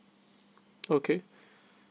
okay